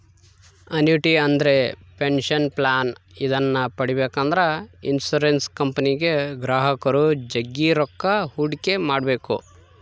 annuity ಅಂದ್ರೆ pension plan ಇದನ್ನ ಪಡೆಬೇಕೆಂದ್ರ ಇನ್ಶುರೆನ್ಸ್ ಕಂಪನಿಗೆ ಗ್ರಾಹಕರು ಜಗ್ಗಿ ರೊಕ್ಕ ಹೂಡಿಕೆ ಮಾಡ್ಬೇಕು